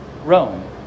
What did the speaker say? Rome